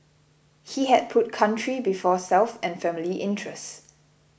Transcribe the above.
he had put country before self and family interest